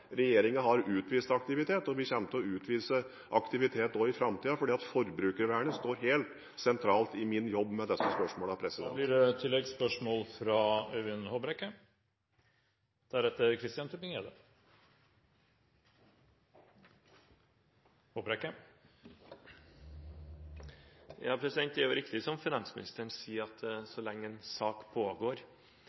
regjeringen har utvist aktivitet, og vi kommer til å utvise aktivitet også i framtiden, fordi forbrukervernet står helt sentralt i min jobb med disse spørsmålene. Øyvind Håbrekke – til oppfølgingsspørsmål. Det er riktig som finansministeren sier, at så lenge en sak pågår